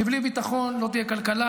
כי בלי ביטחון לא תהיה כלכלה,